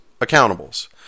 accountables